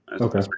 Okay